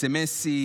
בסמ"סים,